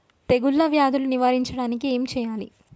తెగుళ్ళ వ్యాధులు నివారించడానికి ఏం చేయాలి?